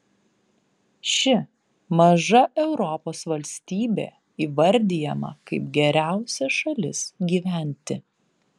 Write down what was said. ši maža europos valstybė įvardijama kaip geriausia šalis gyventi